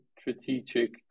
strategic